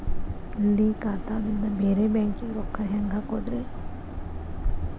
ಇಲ್ಲಿ ಖಾತಾದಿಂದ ಬೇರೆ ಬ್ಯಾಂಕಿಗೆ ರೊಕ್ಕ ಹೆಂಗ್ ಹಾಕೋದ್ರಿ?